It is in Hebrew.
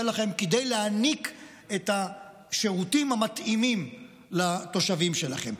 לכם כדי להעניק את השירותים המתאימים לתושבים שלכם.